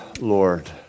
Lord